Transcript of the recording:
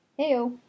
Heyo